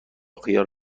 خیال